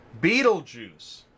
Beetlejuice